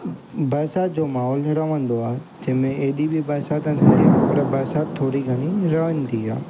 बरसाति जो माहौलु रहंदो आहे जंहिं में हेॾी बि बरसाति न थींदी आहे पर बरसाति थोरी घणी रहंदी आहे